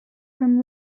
from